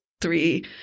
three